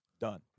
Done